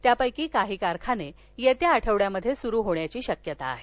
त्यापैकी काही कारखाने येत्या आठवड्यात सुरू होण्याची शक्यता आहे